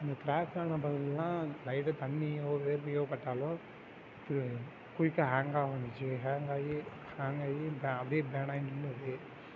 அந்த க்ராச்சான பகுதிலெல்லாம் லைட்டாக தண்ணியோ வேர்வையோ பட்டாலும் குயிக்காக கேங் ஆகிச்சி கேங் ஆகி கேங் ஆகி அப்படியே பேன் ஆகி நின்றுருது